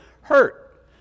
hurt